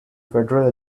federal